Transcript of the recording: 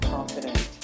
Confident